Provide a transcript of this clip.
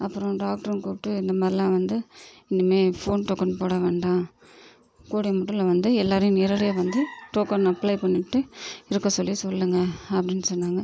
அப்புறம் டாக்டரும் கூப்பிட்டு இந்தமாதிரிலாம் வந்து இனிமே ஃபோன் டோக்கன் போட வேண்டாம் கூடியமட்டிலும் வந்து எல்லோரையும் நேரடியாக வந்து டோக்கன் அப்ளை பண்ணிட்டு இருக்க சொல்லி சொல்லுங்கள் அப்படின்னு சொன்னாங்க